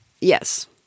Yes